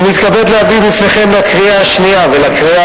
אני מתכבד להביא בפניכם לקריאה שנייה ולקריאה